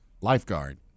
lifeguard